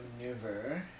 maneuver